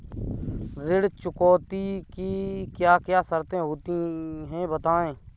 ऋण चुकौती की क्या क्या शर्तें होती हैं बताएँ?